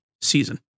season